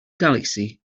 galaxy